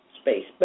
space